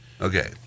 Okay